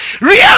Real